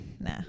nah